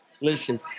Listen